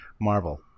marvel